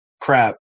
crap